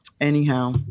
anyhow